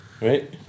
Right